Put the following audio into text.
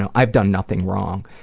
and i've done nothing wrong.